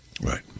Right